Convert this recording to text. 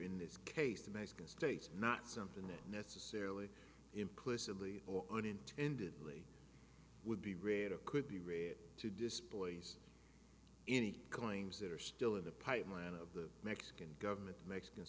in this case the mexican states not something that necessarily implicitly or unintended really would be rid of could be writ to displace any claims that are still in the pipeline of the mexican government of mexic